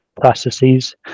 processes